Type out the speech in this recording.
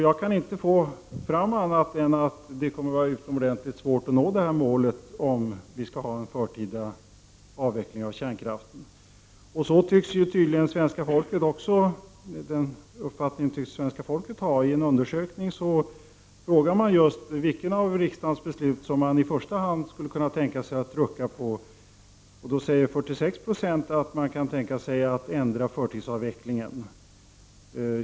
Jag kan inte förstå annat än att det kommer att vara utomordentligt svårt att nå detta mål, om vi skall genomföra en förtida avveckling av kärnkraften. Den uppfattningen tycks tydligen även svenska folket ha. I en undersökning har man frågat vilket av riksdagens beslut som människor i första hand skulle kunna tänka sig att rucka på. 46 26 svarade att de kan tänka sig att ändra på förtidsavvecklingen.